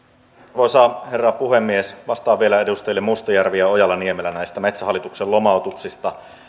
arvoisa herra puhemies vastaan vielä edustajille mustajärvi ja ojala niemelä näistä metsähallituksen lomautuksista